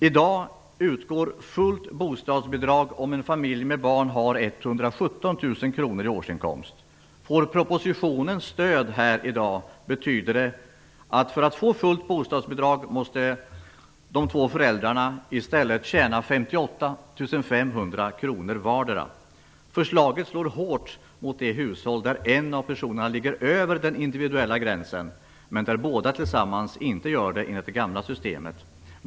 I dag utgår fullt bostadsbidrag om en familj med barn har 117 000 kr i årsinkomst. Om propositionen får stöd här i dag betyder det att de två föräldrarna för att få fullt bostadsbidrag i stället måste tjäna 58 500 kr vardera. Förslaget slår hårt mot de hushåll där en av personerna ligger över den individuella gränsen, men där båda tillsammans inte ligger över gränsen enligt det gamla systemet.